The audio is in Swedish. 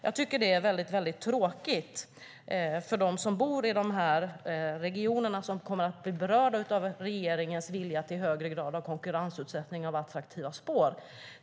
Jag tycker att det är väldigt tråkigt för dem som bor i de regioner som kommer att bli berörda av regeringens vilja till högre grad av konkurrensutsättning av attraktiva spår.